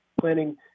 planning